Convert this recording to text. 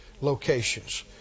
locations